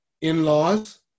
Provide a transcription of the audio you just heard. in-laws